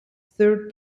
third